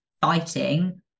fighting